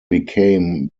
became